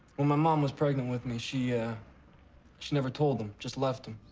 when my mom was pregnant with me, she ah she never told him. just left him.